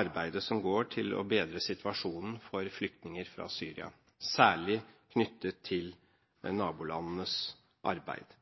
arbeidet for å bedre situasjonen for flyktninger fra Syria, særlig knyttet til nabolandenes arbeid.